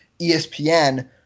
ESPN